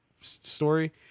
story